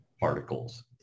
particles